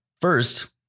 first